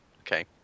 okay